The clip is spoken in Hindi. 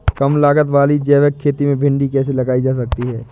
कम लागत वाली जैविक खेती में भिंडी कैसे लगाई जा सकती है?